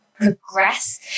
progress